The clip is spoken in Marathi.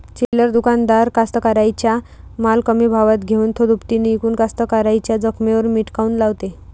चिल्लर दुकानदार कास्तकाराइच्या माल कमी भावात घेऊन थो दुपटीनं इकून कास्तकाराइच्या जखमेवर मीठ काऊन लावते?